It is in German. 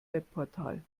webportal